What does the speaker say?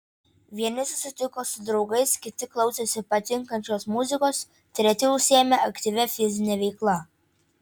vieni susitiko su draugais kiti klausėsi patinkančios muzikos treti užsiėmė aktyvia fizine veikla